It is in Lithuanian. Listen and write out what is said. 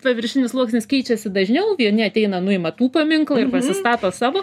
paviršinis sluoksnis keičiasi dažniau vieni ateina nuima tų paminklą ir pasistato savo